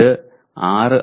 ഇത് 6